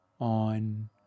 on